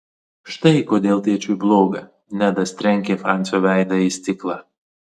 štai kodėl tėčiui bloga nedas trenkė fransio veidą į stiklą